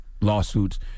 lawsuits